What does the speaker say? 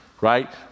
right